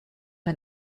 ein